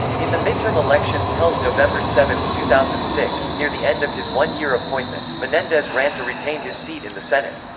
in the midterm elections held november seven, two thousand and six, near the end of his one-year appointment, menendez ran to retain his seat in the senate.